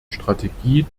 strategie